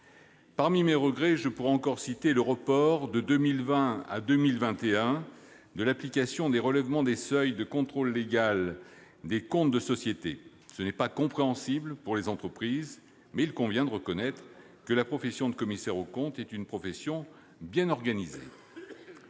Parmi mes regrets, je pourrais encore citer le report de 2020 à 2021 de l'application du relèvement des seuils du contrôle légal des comptes des sociétés. Cette décision n'est pas compréhensible pour les entreprises, mais il convient de reconnaître que la profession de commissaire aux comptes est bien organisée.